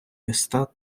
міста